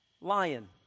lion